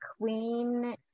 Queen